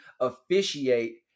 officiate